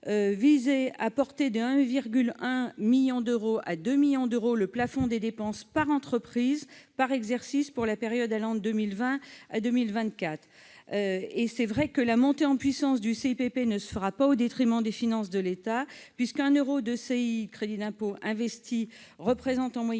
vise à porter de 1,1 à 2 millions d'euros le plafond des dépenses par entreprise et par exercice pour la période allant de 2020 à 2024. La montée en puissance du CIPP ne se fera pas au détriment des finances de l'État : 1 euro de crédit d'impôt investi représente en moyenne